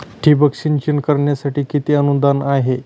ठिबक सिंचन करण्यासाठी किती अनुदान आहे?